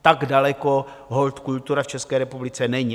Tak daleko holt kultura v České republice není.